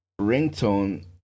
ringtone